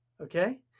okay